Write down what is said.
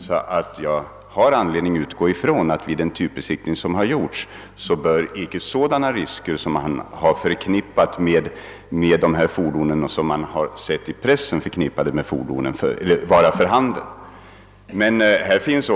Man har därför all anledning utgå från att det efter den typbesiktning som skett inte föreligger några sådana risker som man i pressen förknippat med de fordon det här gäller.